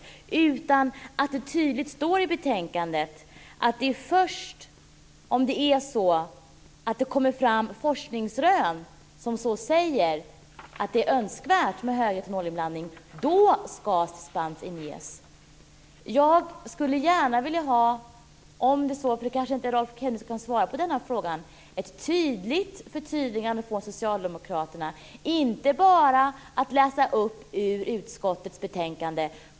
Det står tydligt i betänkandet att det är först om det kommer fram forskningsrön som säger att det är önskvärt med en hög etanolinblandning som dispensansökan ska inges. Jag skulle gärna vilja ha - om nu Rolf Kenneryd kan svara på frågan - ett förtydligande från Socialdemokraterna, inte bara att man läser upp ur utskottets betänkande.